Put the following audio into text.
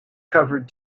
covered